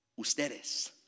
Ustedes